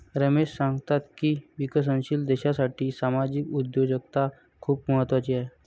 रमेश सांगतात की विकसनशील देशासाठी सामाजिक उद्योजकता खूप महत्त्वाची आहे